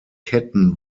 ketten